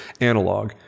analog